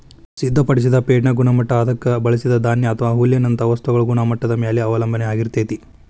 ಸಿದ್ಧಪಡಿಸಿದ ಫೇಡ್ನ ಗುಣಮಟ್ಟ ಅದಕ್ಕ ಬಳಸಿದ ಧಾನ್ಯ ಅಥವಾ ಹುಲ್ಲಿನಂತ ವಸ್ತುಗಳ ಗುಣಮಟ್ಟದ ಮ್ಯಾಲೆ ಅವಲಂಬನ ಆಗಿರ್ತೇತಿ